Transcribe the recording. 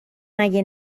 مگه